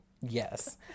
yes